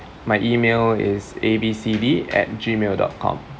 my email is A B C D at gmail dot com